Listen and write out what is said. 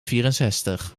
vierenzestig